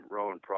Rowan